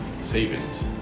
savings